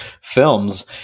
films